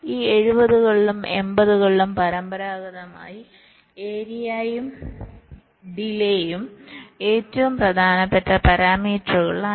ഈ 70 കളിലും 80 കളിലും പരമ്പരാഗതമായി ഏരിയയും ഡിലയും ഏറ്റവും പ്രധാനപ്പെട്ട പാരാമീറ്ററുകളായിരുന്നു